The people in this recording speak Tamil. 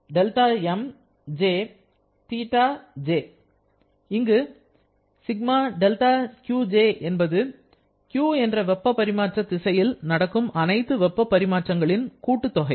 ΣδQjஎன்பது Q என்ற வெப்ப பரிமாற்ற திசையில் நடக்கும் அனைத்து வெப்ப பரிமாற்றங்களில் கூட்டுத்தொகை